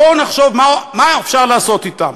בואו נחשוב מה אפשר לעשות אתם.